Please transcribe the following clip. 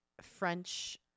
French